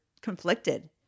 conflicted